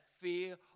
fear